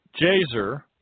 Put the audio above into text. Jazer